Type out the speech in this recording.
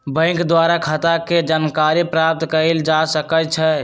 bank द्वारा खता के जानकारी प्राप्त कएल जा सकइ छइ